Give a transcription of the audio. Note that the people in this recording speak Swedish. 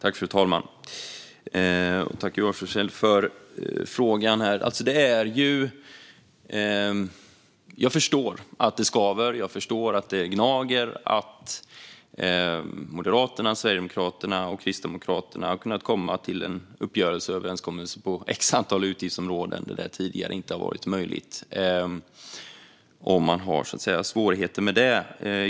Fru talman! Tack för frågan, Joar Forssell! Jag förstår att det skaver och att det gnager att Moderaterna, Sverigedemokraterna och Kristdemokraterna har kunnat nå en uppgörelse och överenskommelse på ett antal utgiftsområden där det tidigare inte har varit möjligt. Jag förstår om man har svårigheter med det.